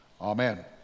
Amen